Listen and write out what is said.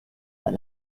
but